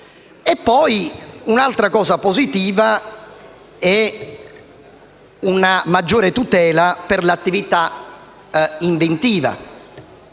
Altro punto positivo è una maggiore tutela per l’attività inventiva.